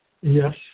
Yes